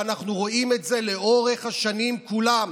ואנחנו רואים את זה לאורך השנים כולן.